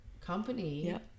company